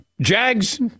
Jags